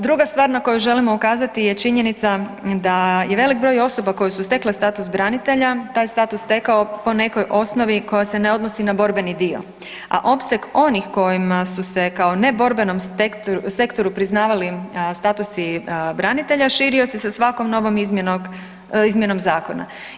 Druga stvar na koju želimo ukazati je činjenica da je veliki broj osoba koje su stekle status branitelja taj status stekao po nekoj osnovi koja se ne odnosi na borbeni dio, a opseg onih kojima su se kao neborbenom sektoru priznavali statusi branitelja širo se sa svakom novom izmjenom zakona.